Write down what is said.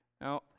now